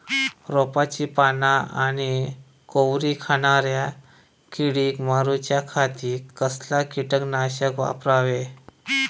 रोपाची पाना आनी कोवरी खाणाऱ्या किडीक मारूच्या खाती कसला किटकनाशक वापरावे?